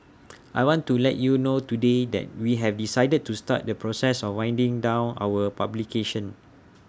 I want to let you know today that we have decided to start the process of winding down our publication